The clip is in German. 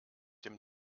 dem